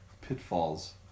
pitfalls